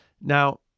Now